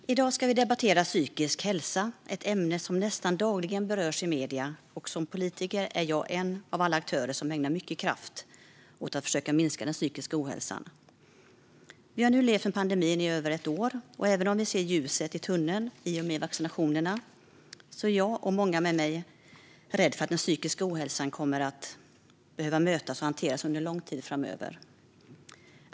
Fru talman! I dag ska vi debattera psykisk hälsa, ett ämne som nästan dagligen berörs i medierna. Som politiker är jag en av alla aktörer som ägnar mycket kraft åt att försöka minska den psykiska ohälsan. Vi har nu levt med pandemin i över ett år, och även om vi ser ljuset i tunneln i och med vaccinationerna är jag och många med mig rädda för att den psykiska ohälsan kommer att behöva mötas och hanteras under lång tid framöver.